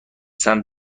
سمت